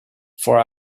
for